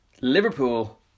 Liverpool